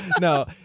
No